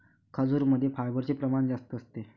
खजूरमध्ये फायबरचे प्रमाण जास्त असते